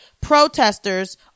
protesters